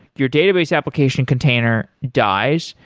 your database application container dies.